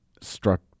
struck